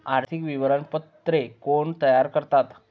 आर्थिक विवरणपत्रे कोण तयार करतात?